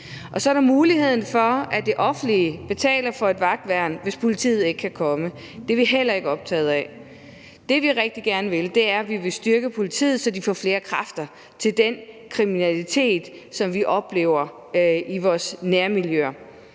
Så er der det om muligheden for, at det offentlige betaler for et vagtværn, hvis politiet ikke kan komme. Det er vi heller ikke optaget af. Det, vi rigtig gerne vil, er at styrke politiet, så det får flere kræfter til at bekæmpe den kriminalitet, som vi oplever i vores nærmiljøer.